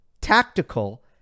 Tactical